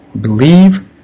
believe